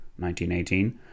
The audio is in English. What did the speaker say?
1918